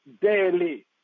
daily